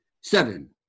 Seven